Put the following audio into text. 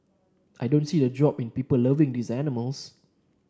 I don't see a drop in people loving these animals